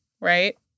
right